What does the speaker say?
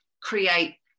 create